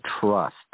trust